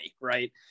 right